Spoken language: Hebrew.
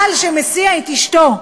בעל שמסיע את אשתו,